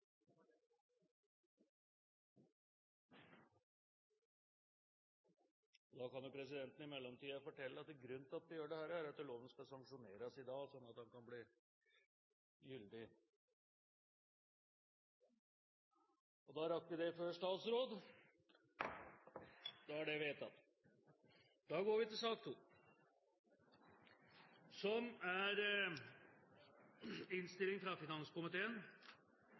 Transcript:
Presidenten kan fortelle at grunnen til at vi gjør dette, er at loven skal sanksjoneres i dag – og da rakk vi det før Kongen i statsråd. Etter ønske fra komiteen vil presidenten foreslå at taletiden blir begrenset til